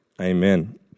amen